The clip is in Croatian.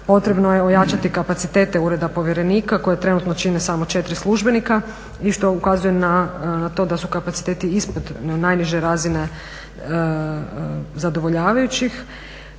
potrebno je ojačati kapacitete ureda povjerenika koje trenutno čine samo 4 službenika i što ukazuje na to da su kapaciteti ispod najniže razine zadovoljavajućih.